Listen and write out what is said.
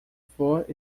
flor